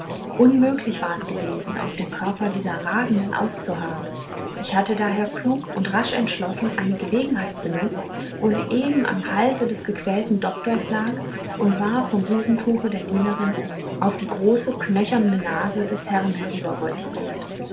unmöglich war es gewesen auf dem körper dieser rasenden auszuharren ich hatte daher klug und rasch entschlossen eine gelegenheit benutzt wo sie eben am halse des gequälten doktors lag und war vom busentuche der dienerin auf die große knöcherne nase des herrn